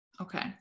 Okay